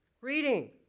Reading